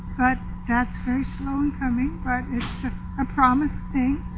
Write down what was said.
but that's very slow in coming but it's a promised thing.